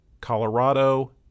Colorado